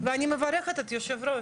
ואני מברכת את יושב הראש.